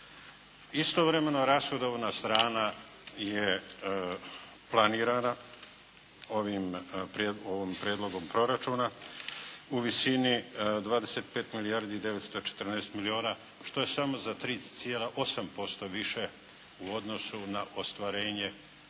Istovremeno rashodovna strana je planirana ovim, ovim Prijedlogom proračuna u visini 25 milijardi 914 milijuna što je samo za 3,8% više u odnosu na ostvarenje